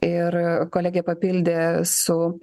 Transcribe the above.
ir kolegė papildė su